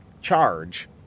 charge